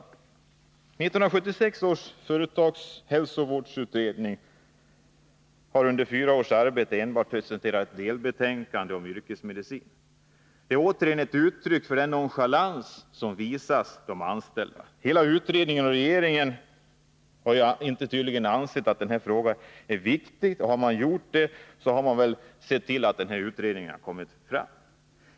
1976 års företagshälsovårdsutredning har under fyra års arbete enbart presenterat ett delbetänkande om yrkesmedicin. Detta är återigen ett uttryck för den nonchalans som visas de anställda. Hade utredningen och regeringen ansett den här frågan viktig, hade man väl sett till att utredningen hade kommit fram.